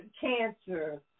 cancer